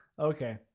okay